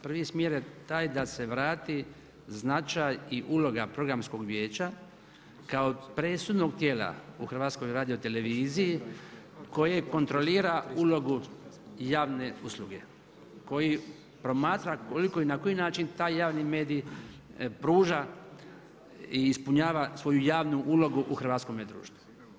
Prvi smjer je taj da se vrati značaj i uloga Programskog vijeća kao presudnog tijela u Hrvatskoj radioteleviziji koje kontrolira ulogu javne usluge koji promatra koliko i na koji način taj javni medij pruža i ispunjava svoju javnu ulogu u hrvatskome društvu.